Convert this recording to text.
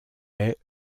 est